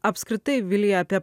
apskritai vilija apie